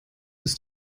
ist